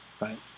right